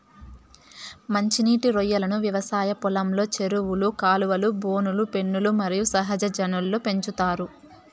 మంచి నీటి రొయ్యలను వ్యవసాయ పొలంలో, చెరువులు, కాలువలు, బోనులు, పెన్నులు మరియు సహజ జలాల్లో పెంచుతారు